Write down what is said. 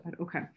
Okay